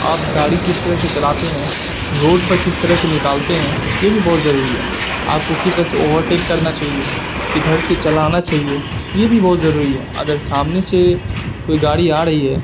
آپ گاڑی کس طرح سے چلاتے ہیں روڈ پر کس طرح سے نکالتے ہیں یہ بھی بہت ضروری ہے آپ کو کس طرح سے اوور ٹیک کرنا چاہیے کدھر سے چلانا چاہیے یہ بھی بہت ضروری ہے اگر سامنے سے کوئی گاڑی آ رہی ہے